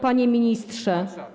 Panie Ministrze!